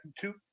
two